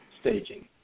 staging